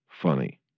funny